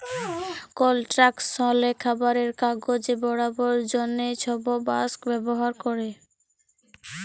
কলস্ট্রাকশলে, খাবারে, কাগজ বালাবার জ্যনহে ছব বাঁশ ব্যাভার ক্যরে